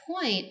point